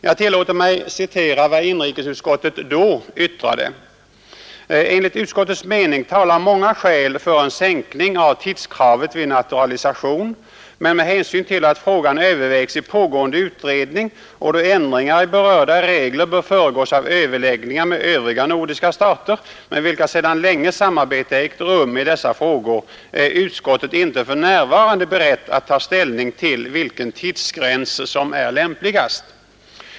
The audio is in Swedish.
Jag tillåter mig här citera vad inrikesutskottet skrev i fjol: ”Enligt utskottets mening talar många skäl för en sänkning av tidskravet vid naturalisation, men med hänsyn till att frågan övervägs i pågående utredning och då ändringar i berörda regler bör föregås av överläggningar med övriga nordiska stater med vilka sedan länge samarbete ägt rum i Nr 61 dessa frågor är utskottet inte för närvarande berett att ta ställning till Onsdagen den vilken tidsgräns som är lämpligast.